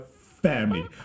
family